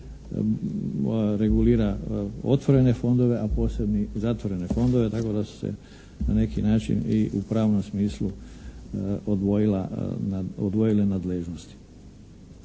regulira otvorene fondove, a posebni zatvorene fondove. Tako da se na neki način i u pravnom smislu odvojile nadležnosti.